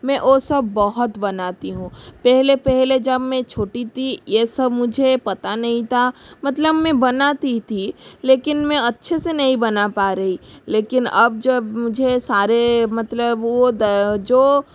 में वह सब बहुत बनाती हूँ पहले पहले जब में छोटी थी यह सब मुझे पता नहीं था मतलब मैं बनाती थी लेकिन मैं अच्छे से नहीं बना पा रही लेकिन अब जब मुझे सारे मतलब वह द जो